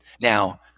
Now